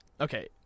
Okay